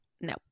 no